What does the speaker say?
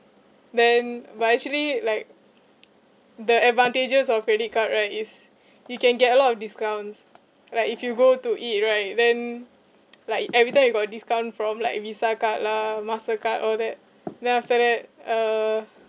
then but actually like the advantages of credit card right is you can get a lot of discounts like if you go to eat right then like every time you got discount from like visa card lah mastercard all that then after that uh